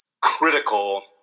critical